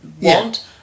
want